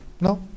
No